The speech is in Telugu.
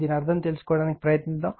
దీన్ని అర్థం చేసుకోవడానికి ప్రయత్నిద్దాం